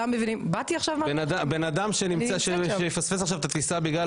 באתי עכשיו -- בן אדם שיפספס עכשיו את הטיסה בגלל